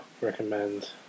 ...recommend